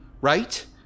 right